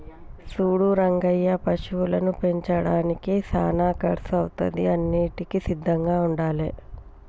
సూడు రంగయ్య పశువులను పెంచడానికి సానా కర్సు అవుతాది అన్నింటికీ సిద్ధంగా ఉండాలే